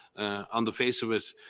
on the face of it,